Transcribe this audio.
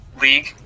League